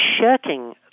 shirking